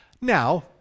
Now